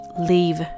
leave